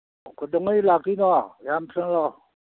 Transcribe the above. ꯀꯩꯗꯧꯉꯩ ꯂꯥꯛꯇꯣꯏꯅꯣ ꯌꯥꯝ ꯊꯨꯅ ꯂꯥꯛꯑꯣ